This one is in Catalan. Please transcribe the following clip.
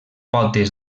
potes